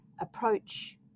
approach